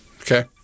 Okay